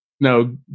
No